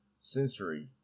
sensory